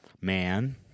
Man